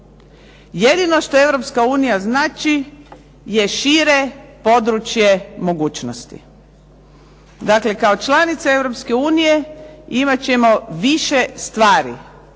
Jedino što Europska unija znači je šire područje mogućnosti. Dakle kao članica Europske unije imat ćemo više stvari